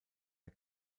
der